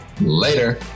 Later